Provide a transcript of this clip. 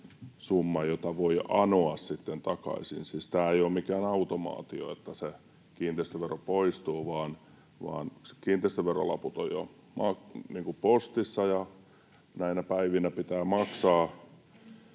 maksimisumma, jota voi anoa sitten takaisin. Siis tämä ei ole mikään automaatio, että se kiinteistövero poistuu, vaan kiinteistöverolaput ovat jo postissa. Näinä päivinä pitää maksaa